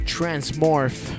Transmorph